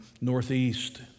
northeast